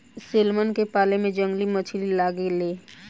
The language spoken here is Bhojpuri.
सेल्मन के पाले में जंगली मछली लागे ले